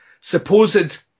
supposed